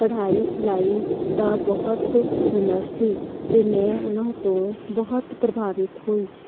ਕਢਾਈ ਸਿਲਾਈ ਦਾ ਬਹੁਤ ਹੁਨਰ ਸੀ ਅਤੇ ਮੈਂ ਉਹਨਾਂ ਤੋਂ ਬਹੁਤ ਪ੍ਰਭਾਵਿਤ ਹੋਈ